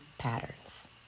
Patterns